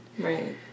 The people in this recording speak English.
right